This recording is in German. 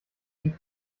sie